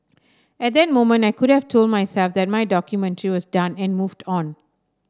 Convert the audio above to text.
at that moment I could have told myself that my documentary was done and moved on